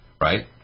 right